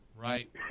Right